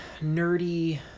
nerdy